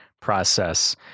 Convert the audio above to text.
process